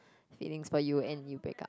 feelings for you and you break up